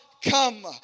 Come